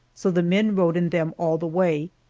so the men rode in them all the way,